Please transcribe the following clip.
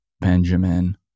Benjamin